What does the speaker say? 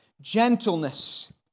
gentleness